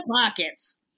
pockets